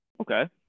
Okay